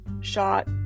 shot